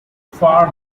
far